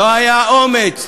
לא היה אומץ.